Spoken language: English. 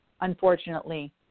unfortunately